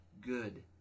good